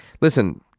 listen